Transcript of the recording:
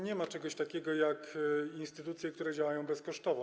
Nie ma czegoś takiego jak instytucje, które działają bezkosztowo.